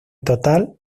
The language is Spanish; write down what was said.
total